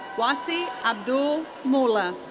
wasey abdul mulla.